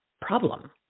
problem